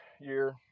year